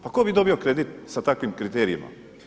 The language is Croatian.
Pa ko bi dobio kredit sa takvim kriterijima?